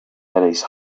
his